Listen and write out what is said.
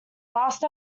last